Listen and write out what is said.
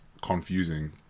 confusing